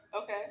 Okay